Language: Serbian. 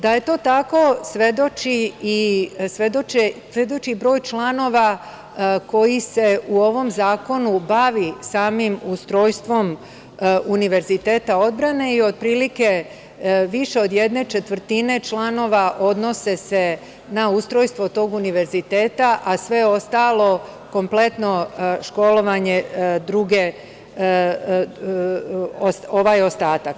Da je to tako svedoči i broj članova koji se u ovom zakonu bavi samim ustrojstvom Univerziteta odbrane i otprilike više od jedne četvrtine članova odnosi se na ustrojstvo tog univerziteta, a sve ostalo kompletno školovanje ovaj ostatak.